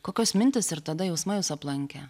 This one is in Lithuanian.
kokios mintys ir tada jausmais jus aplankė